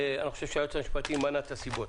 ואני חושב שהיועץ המשפטי מנה את הסיבות,